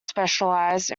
specialised